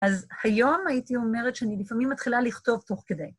אז היום הייתי אומרת שאני לפעמים מתחילה לכתוב תוך כדי.